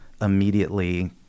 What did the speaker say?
immediately